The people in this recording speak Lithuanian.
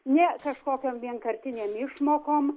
ne kažkokiom vienkartinėm išmokom